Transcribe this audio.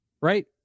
right